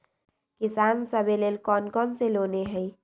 किसान सवे लेल कौन कौन से लोने हई?